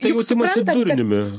tai jautimąsi durniumi